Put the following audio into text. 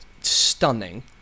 stunning